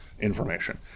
information